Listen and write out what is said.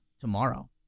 tomorrow